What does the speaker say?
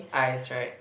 eyes right